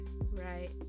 right